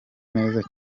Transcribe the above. neza